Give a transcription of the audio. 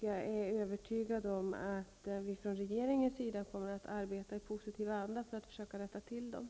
Jag är övertygad om att vi från regeringens sida kommer att arbeta i positiv anda för att försöka rätta till detta.